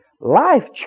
life